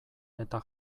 eta